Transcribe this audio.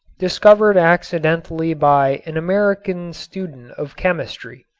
discovered accidentally by an american student of chemistry,